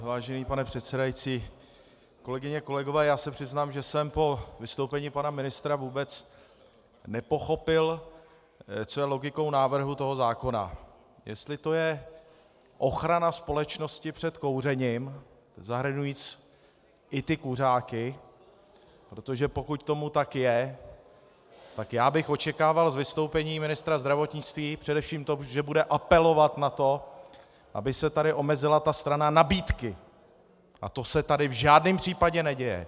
Vážený pane předsedající, kolegyně, kolegové, já se přiznám, že jsem po vystoupení pana ministra vůbec nepochopil, co je logikou návrhu toho zákona, jestli to je ochrana společnosti před kouřením zahrnující i ty kuřáky, protože pokud tomu tak je, tak já bych očekával ve vystoupení ministra zdravotnictví především to, že bude apelovat na to, aby se tady omezila strana nabídky, a to se tady v žádném případě neděje.